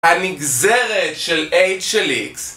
הנגזרת של h של x